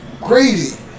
crazy